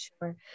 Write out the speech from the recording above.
sure